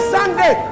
Sunday